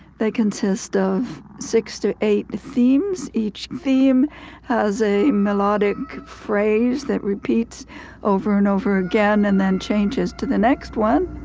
they consist of six to eight themes. each theme has a melodic phrase that repeats over and over again and then changes to the next one